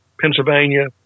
Pennsylvania